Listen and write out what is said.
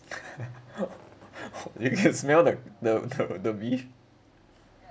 you can smell the the cur~ the beef